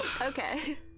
Okay